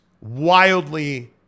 wildly